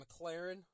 McLaren